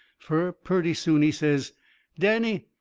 fur purty soon he says danny,